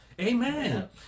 Amen